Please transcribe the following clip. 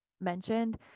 mentioned